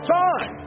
time